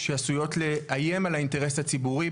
שעשויות לאיים על האינטרס הציבורי,